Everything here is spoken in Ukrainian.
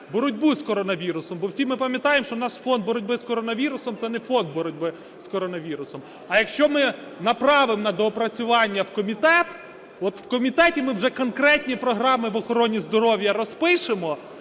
боротьбу з коронавірусом. Бо ми всі пам'ятаємо, що наш фонд боротьби з коронавірусом – це не фонд боротьби з коронавірусом. А якщо ми направимо на доопрацювання в комітет, от в комітеті ми вже конкретні програми в охороні здоров'я розпишемо.